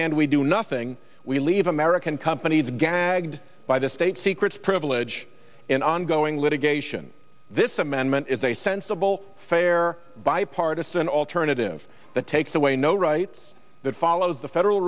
hand we do nothing we leave american companies gagged by the state secrets privilege and ongoing litigation this amendment is a sensible fair bipartisan alternative that takes away no rights that follows the federal